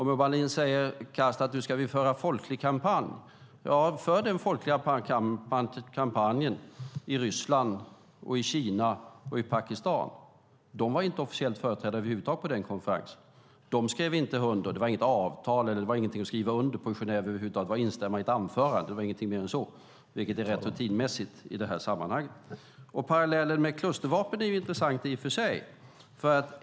Urban Ahlin säger krasst att vi ska föra folklig kampanj. Ja, för den folkliga kampanjen i Ryssland, Kina och Pakistan! De var inte officiellt företrädda över huvud taget på den här konferensen. De skrev inte under. Ja, det var inget avtal och inget att skriva under på i Genève över huvud taget, utan det var att instämma i ett anförande, inget mer än så, vilket är rätt rutinmässigt i det här sammanhanget. Parallellen med klustervapen är i och för sig intressant.